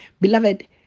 Beloved